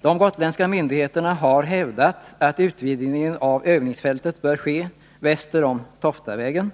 De gotländska myndigheterna har hävdat att utvidgningen av övningsfältet bör ske väster om Toftavägen